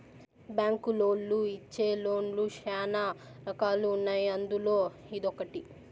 బ్యాంకులోళ్ళు ఇచ్చే లోన్ లు శ్యానా రకాలు ఉన్నాయి అందులో ఇదొకటి